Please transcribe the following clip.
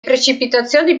precipitazioni